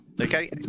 okay